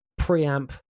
preamp